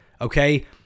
Okay